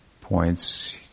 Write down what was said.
points